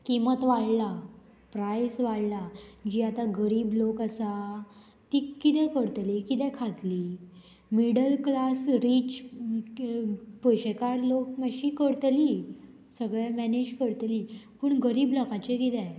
किंमत वाडला प्रायस वाडला जीं आतां गरीब लोक आसा तीं किदें करतलीं कितें खातलीं मिडल क्लास रिच पयशेकार लोक मातशी करतलीं सगळें मॅनेज करतलीं पूण गरीब लोकांचें कितें